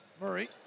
Murray